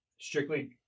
strictly